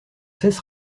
cesse